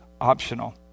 optional